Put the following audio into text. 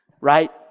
right